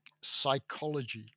psychology